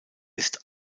ist